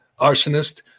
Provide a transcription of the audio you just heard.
arsonist